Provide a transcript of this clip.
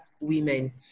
women